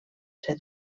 ser